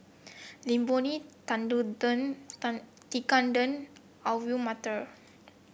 Imoni Tekkadon Alu Matar